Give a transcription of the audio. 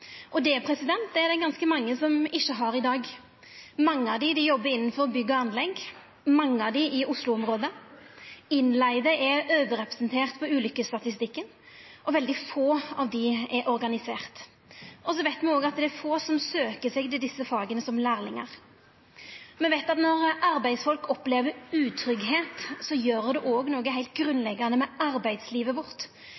Det er det ganske mange som ikkje har i dag. Mange av dei jobbar innanfor bygg og anlegg, mange av dei i Oslo-området. Innleigde er overrepresenterte på ulykkestatistikken, og veldig få av dei er organiserte. Me veit òg at det er få som søkjer seg til desse faga som lærlingar. Me veit at når arbeidsfolk opplever utryggleik, gjer det noko heilt